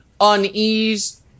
unease